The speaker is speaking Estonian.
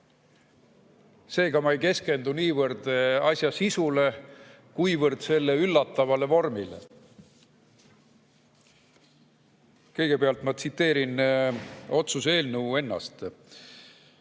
Seega ma ei keskendu niivõrd asja sisule, kuivõrd selle üllatavale vormile. Kõigepealt ma tsiteerin otsuse eelnõu ennast: